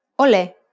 ole